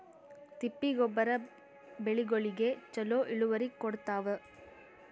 ತಿಪ್ಪಿ ಗೊಬ್ಬರ ಬೆಳಿಗೋಳಿಗಿ ಚಲೋ ಇಳುವರಿ ಕೊಡತಾದ?